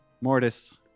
Mortis